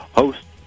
host